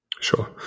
Sure